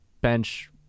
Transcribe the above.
bench